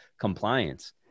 compliance